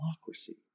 democracy